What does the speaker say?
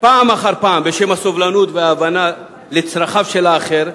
פעם אחר פעם בשם הסובלנות וההבנה לצרכיו של האחר,